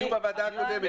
היינו בוועדה הקודמת.